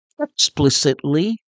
explicitly